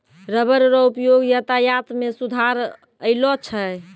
rubber रो उपयोग यातायात मे सुधार अैलौ छै